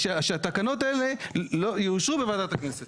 שהתקנות האלה יאושרו בוועדת הפנים של הכנסת.